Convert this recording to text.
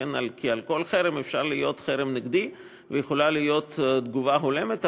כי על כל חרם אפשר לעשות חרם נגדי ויכולה להיות תגובה הולמת.